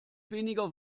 weniger